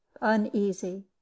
uneasy